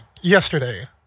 yesterday